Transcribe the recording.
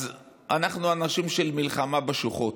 אז אנחנו אנשים של מלחמה בשוחות.